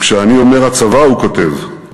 וכשאני אומר 'הצבא'" הוא כותב,